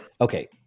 Okay